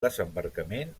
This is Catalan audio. desembarcament